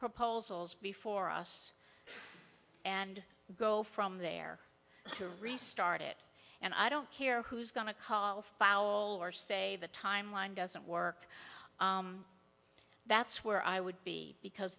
proposals before us and go from there to restart it and i don't care who's gonna call foul or say the timeline doesn't work that's where i would be because